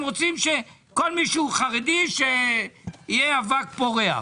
רוצים שכל מי שהוא חרדי יהיה אבק פורח?